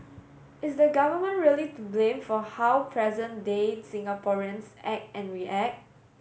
is the Government really to blame for how present day Singaporeans act and react